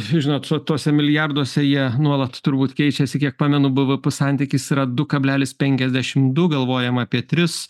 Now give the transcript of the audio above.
žinot tuose milijarduose jie nuolat turbūt keičiasi kiek pamenu bvp santykis yra du kablelis penkiasdešim du galvojam apie tris